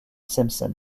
simpson